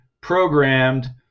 programmed